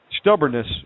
Stubbornness